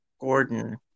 Gordon